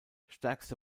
stärkste